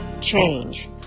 change